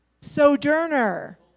sojourner